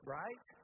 right